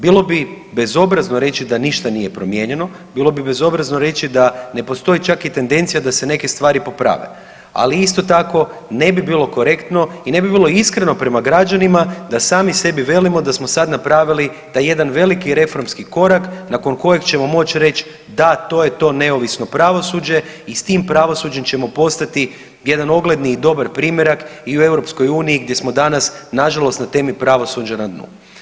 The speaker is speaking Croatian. Bilo bi bezobrazno reći da ništa nije promijenjeno, bilo bi bezobrazno reći da ne postoji čak i tendencija da se neke stvari poprave, ali isto tako ne bi bilo korektno i ne bi bilo iskreno prema građanima da sami sebi velimo da smo sad napravili taj jedan veliki reformski korak nakon kojeg ćemo moć reć da to je to neovisno pravosuđe i s tim pravosuđem ćemo postati jedan ogledni i dobar primjerak i u EU gdje smo danas nažalost na temi pravosuđa na dnu.